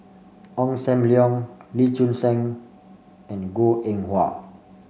Ong Sam Leong Lee Choon Seng and Goh Eng Wah